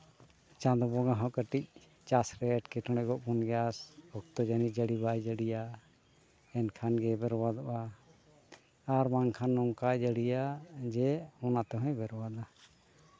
ᱪᱟᱸᱫᱳ ᱵᱚᱸᱜᱟ ᱦᱚᱸ ᱠᱟᱹᱴᱤᱡ ᱪᱟᱥ ᱨᱮ ᱮᱸᱴᱠᱮᱴᱚᱬᱮᱭᱮᱫ ᱵᱚᱱ ᱜᱮᱭᱟ ᱚᱠᱛᱚ ᱡᱟᱹᱱᱤ ᱵᱟᱭ ᱡᱟᱹᱲᱤᱭᱟ ᱮᱱᱠᱷᱟᱱ ᱜᱮ ᱵᱮᱨᱵᱟᱫᱚᱜᱼᱟ ᱟᱨ ᱵᱟᱝᱠᱷᱟᱱ ᱱᱚᱝᱠᱟᱭ ᱡᱟᱹᱲᱤᱭᱟ ᱡᱮ ᱚᱱᱟ ᱛᱮᱦᱚᱸᱭ ᱵᱮᱨᱵᱟᱫᱟ